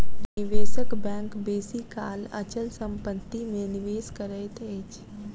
निवेशक बैंक बेसी काल अचल संपत्ति में निवेश करैत अछि